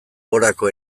gorako